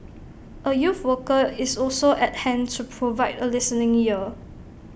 A youth worker is also at hand to provide A listening ear